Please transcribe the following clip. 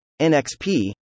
NXP